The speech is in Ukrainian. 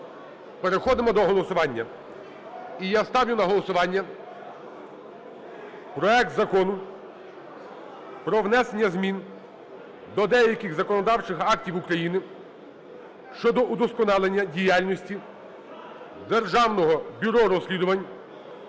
переходимо до голосування. І я ставлю на голосування проект Закону про внесення змін до деяких законодавчих актів України щодо удосконалення діяльності Державного бюро розслідувань